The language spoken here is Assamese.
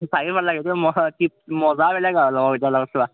চায়ে ভাল লাগে মই টিপ মজা বেলেগ আৰু লগৰকেইটাৰ লগত চোৱা